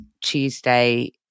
Tuesday